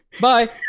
Bye